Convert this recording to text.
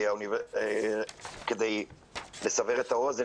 כדי לסבר את האוזן,